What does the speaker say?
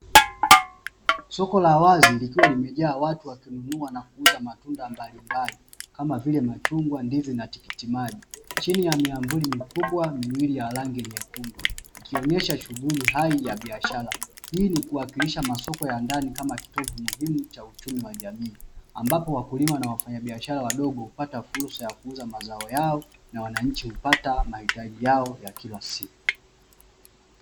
Soko la wazi likiwa limejaa watu wakinunua na kuuza matunda mbalimbali kama vile: machungwa, ndizi na tikiti maji; chini ya miamvuli mikubwa miwili ya ranginyekundu; ikionyesha shughuli hai ya biashara, ili kuwakilisha masoko ya ndani kama kitovu muhimu cha uchumi wa jamii; ambapo wakulima na wafanyabiashara wadogo hupata fursa ya kuuza mazao yao na wananchi hupata mahitaji yao ya kila siku.